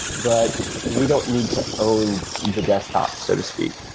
but we don't need to own the desktop so to speak.